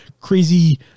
crazy